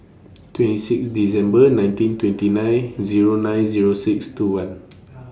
twenty six December nineteen twenty nine Zero nine Zero six two one